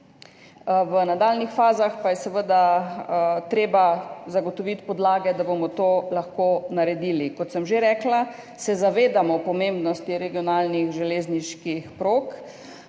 V nadaljnjih fazah pa je seveda treba zagotoviti podlage, da bomo to lahko naredili. Kot sem že rekla, se zavedamo pomembnosti regionalnih železniških prog,